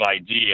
idea